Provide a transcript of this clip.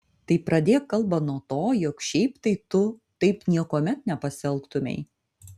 tai pradėk kalbą nuo to jog šiaip tai tu taip niekuomet nepasielgtumei